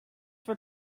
were